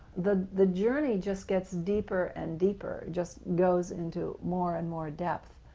the the journey just gets deeper and deeper, just goes into more and more depth.